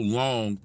long